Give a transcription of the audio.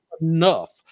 enough